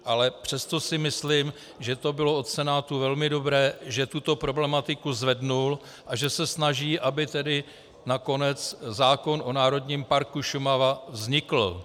Ale přesto si myslím, že to bylo od Senátu velmi dobré, že tuto problematiku zvedl a že se snaží, aby nakonec zákon o Národním parku Šumava vznikl.